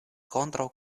kontraŭ